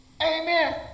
Amen